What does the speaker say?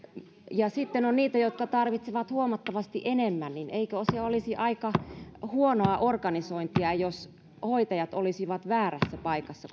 ja sitten on heitä jotka tarvitsevat huomattavasti enemmän eikö se olisi aika huonoa organisointia jos hoitajat olisivat väärässä paikassa